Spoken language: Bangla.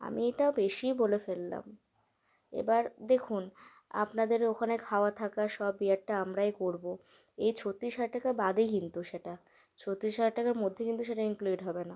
আমি এটা বেশি বলে ফেললাম এবার দেখুন আপনাদের ওখানে খাওয়া থাকা সব বিয়ারটা আমরাই করবো এই ছত্তিশ হাজার টাকা বাদে কিন্তু সেটা ছত্তিশ হাজার টাকার মধ্যে কিন্তু সেটা ইনক্লুড হবে না